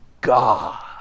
God